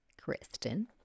Kristen